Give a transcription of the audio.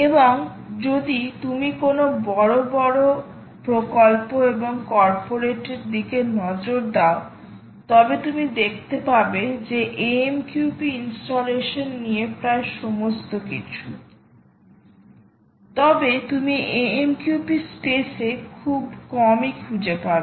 এবং যদি তুমি কোনও বড় বড় বড় প্রকল্প এবং কর্পোরেটের দিকে নজর দাও তবে তুমি দেখতে পাবে যে AMQP ইনস্টলেশন নিয়ে প্রায় সমস্ত কিছু তবে তুমি AMQP স্পেসে খুব কমই খুঁজে পাবে